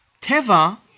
Teva